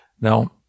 Now